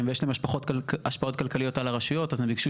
ויש להם השפעות כלכליות על הרשויות אז הם ביקשו